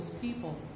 people